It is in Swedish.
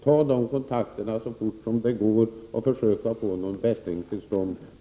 Ta de kontakterna så fort det går och försök få till stånd en bättring.